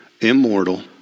immortal